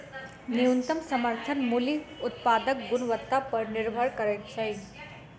न्यूनतम समर्थन मूल्य उत्पादक गुणवत्ता पर निभर करैत छै